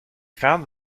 found